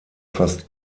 fast